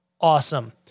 awesome